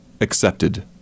accepted